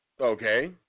okay